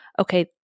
okay